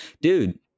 dude